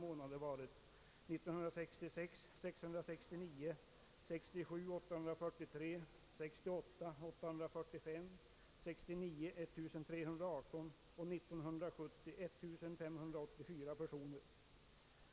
år 1969 — 1318 och år 1970 — 1584 personer.